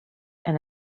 and